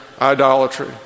idolatry